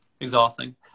Exhausting